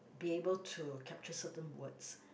be able to capture certain words